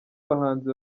bahanzi